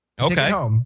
Okay